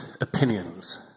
opinions